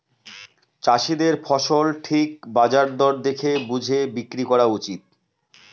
চাষীদের ফসল ঠিক বাজার দর দেখে বুঝে বিক্রি করা উচিত